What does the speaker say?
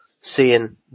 seeing